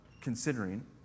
considering